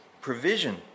provision